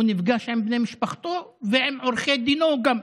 הוא נפגש עם בני משפחת, עם עורכי דינו גם,